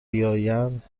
بیایند